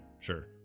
Sure